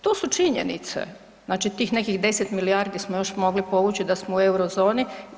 To su činjenice, znači tih nekih 10 milijardi smo još mogli povući da smo u Eurozoni.